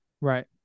right